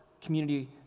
community